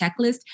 checklist